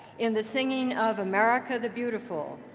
in the singing of america the beautiful.